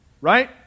right